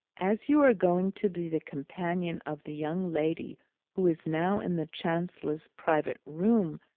as you are going to be the companion of the young lady who is now in the chancellor's private room,